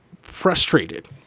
frustrated